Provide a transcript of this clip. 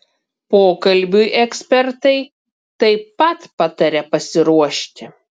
pokalbiui ekspertai taip pat pataria pasiruošti